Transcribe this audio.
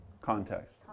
Context